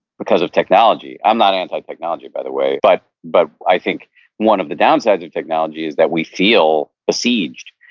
because of technology. i'm not and like anti-technology, by the way, but but i think one of the downsides of technology is that we feel besieged,